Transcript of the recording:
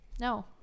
No